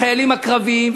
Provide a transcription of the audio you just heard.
החיילים הקרביים,